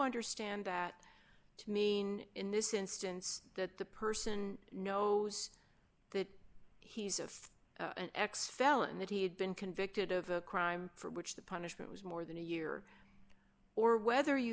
understand that to mean in this instance that the person knows that he's of an ex felon that he had been convicted of a crime for which the punishment was more than a year or whether you